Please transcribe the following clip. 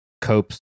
Copes